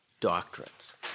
doctrines